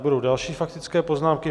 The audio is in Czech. Budou další faktické poznámky.